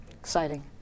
Exciting